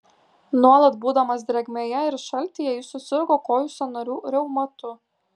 nuolat būdamas drėgmėje ir šaltyje jis susirgo kojų sąnarių reumatu